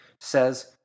says